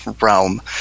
realm